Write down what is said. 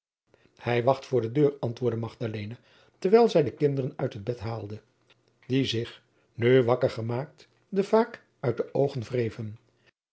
hij wacht voor de deur antwoordde magdalena terwijl zij de kinderen uit het bed haalde jacob van lennep de pleegzoon die zich nu wakker gemaakt de vaak uit de oogen wreven